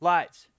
Lights